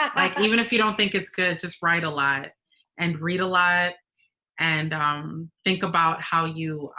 ah like, even if you don't think it's good, just write a lot and read a lot and um think about how you